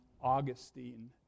augustine